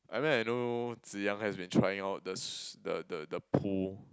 I mean I know Zi-Yang has been trying out the s~ the the the pool